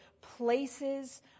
places